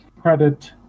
credit